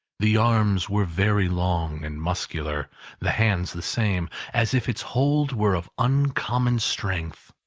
the arms were very long and muscular the hands the same, as if its hold were of uncommon strength.